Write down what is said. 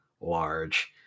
large